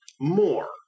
More